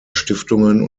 stiftungen